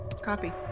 Copy